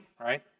right